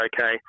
okay